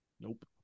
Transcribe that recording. Nope